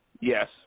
Yes